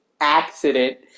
accident